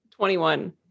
21